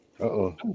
uh-oh